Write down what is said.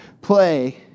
play